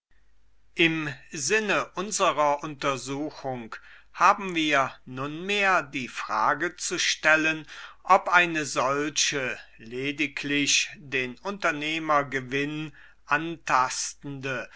im sinne unserer untersuchung haben wir nunmehr die frage zu stellen ob eine solche lediglich den unternehmergewinn antastende